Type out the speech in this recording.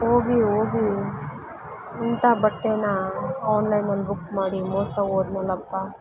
ಹೋಗಿ ಹೋಗಿ ಇಂಥ ಬಟ್ಟೆ ಆನ್ಲೈನಲ್ಲಿ ಬುಕ್ ಮಾಡಿ ಮೋಸ ಹೋದ್ನಲ್ಲಪ್ಪಾ